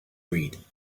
breed